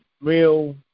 real